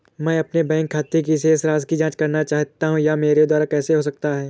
मैं अपने बैंक खाते की शेष राशि की जाँच करना चाहता हूँ यह मेरे द्वारा कैसे हो सकता है?